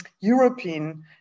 European